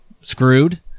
screwed